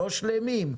לא שלמים,